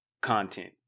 content